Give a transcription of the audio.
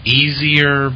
easier